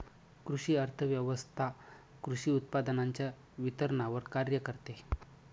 कृषी अर्थव्यवस्वथा कृषी उत्पादनांच्या वितरणावर कार्य करते